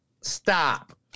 Stop